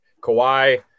Kawhi